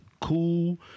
cool